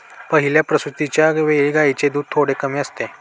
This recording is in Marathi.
पहिल्या प्रसूतिच्या वेळी गायींचे दूध थोडे कमी असते